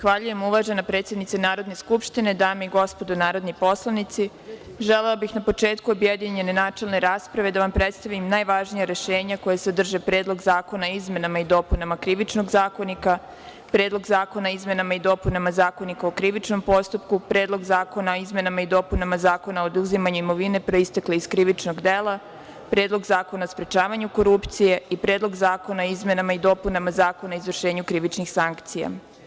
Zahvaljujem uvažena predsednice Narodne skupštine, dame i gospodo narodni poslanici, želela bih na početku objedinjene načelne rasprave da vam predstavim najvažnije rešenje koje sadrže Predlog zakona o izmenama i dopunama Krivičnog zakonika, Predlog zakona o izmenama i dopunama Zakonika o krivičnom postupku, Predlog zakona o izmenama i dopunama Zakona o oduzimanju imovine proistekle iz krivičnog dela, Predlog zakona o sprečavanju korupcije i Predlog zakona o izmenama i dopunama Zakona o izvršenju krivičnih sankcija.